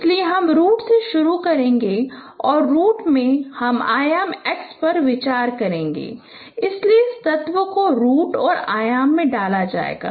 इसलिए हम रूट से शुरू करगें और रूट में हम आयाम x पर विचार करगें इसलिए इस तत्व को रूट और आयाम में डाला जाएगा